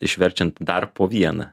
išverčiant dar po vieną